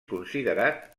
considerat